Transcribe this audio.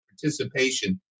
participation